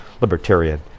libertarian